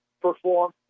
perform